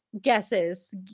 guesses